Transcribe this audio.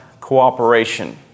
cooperation